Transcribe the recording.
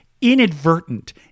inadvertent